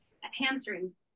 hamstrings